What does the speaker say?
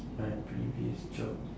my previous job